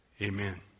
Amen